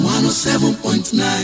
107.9